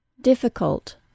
Difficult